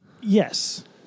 Yes